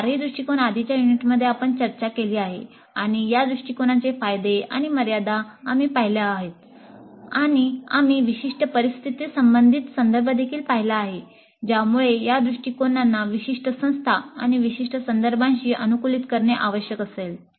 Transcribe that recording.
हे चारही दृष्टिकोन आधीच्या युनिटमध्ये आपण चर्चा केली आहे आणि या दृष्टिकोनांचे फायदे आणि मर्यादा आम्ही पाहिल्या आहेत आणि आम्ही विशिष्ट परिस्थितीसंबंधित संदर्भ देखील पाहिला आहे ज्यामुळे या दृष्टिकोनांना विशिष्ट संस्था आणि विशिष्ट संदर्भांशी अनुकूलित करणे आवश्यक असेल